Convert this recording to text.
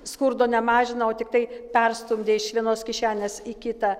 skurdo nemažina o tiktai perstumdė iš vienos kišenės į kitą